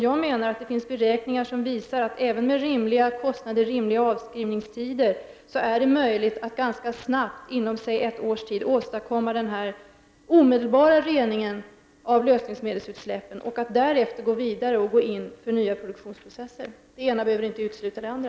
Jag menar att det finns beräkningar som visar att det även med rimliga kostnader och rimliga avskrivningstider är möjligt att snabbt, t.ex. inom ett års tid, åstadkomma denna omedelbara rening av utsläppen av lösningsmedel och därefter gå in för nya RrodnkrOpeprnsessen Det ena behöver inte utesluta det andra.